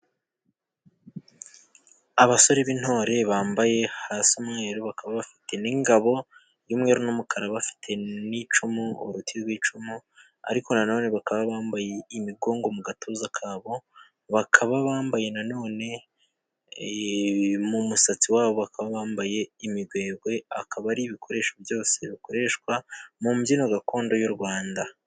Abasore b'intore bambaye hasi umweru bakaba bafite n'ingabo y'umweru n'umukara bafite n'icumu, uruti rw'icumu, ariko na none bakaba bambaye imigongo mu gatuza kabo, bakaba bambaye na none mu musatsi wabo bakaba bambaye imigwegwe. Akaba ari ibikoresho byose bikoreshwa mu mbyino gakondo y'u Rwanda.